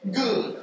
good